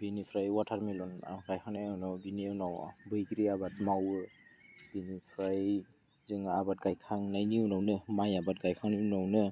बिनिफ्राय अवाटारमेलन गायखांनायनि बेनि उनाव बैग्रि आबाद मावो बिनिफ्राय जों आबाद गायखांनायनि उनावनो माइ आबाद गायखांनायनि उनावनो